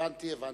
הבנתי.